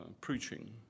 preaching